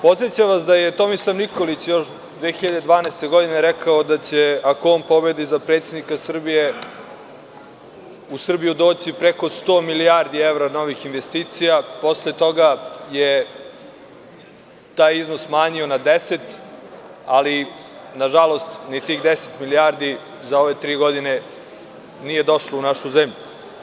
Podsećam vas da je Tomislav Nikolić još 2012. godine rekao da je će, ako on pobedi za predsednika Srbije, u Srbiju doći preko 100 milijardi evra novih investicija, posle toga je taj iznos smanjio na 10, ali, nažalost, ni tih 10 milijardi za ove tri godine nije došlo u našu zemlju.